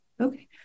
Okay